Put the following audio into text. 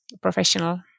professional